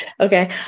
Okay